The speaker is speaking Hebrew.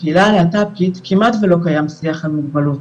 בקהילה הלט"בקית כמעט ולא קיים שיח על מגבלות,